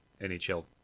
NHL